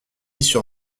sur